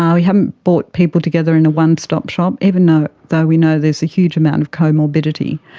um we haven't brought people together in a one-stop shop, even ah though we know there's a huge amount of comorbidity.